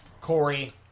corey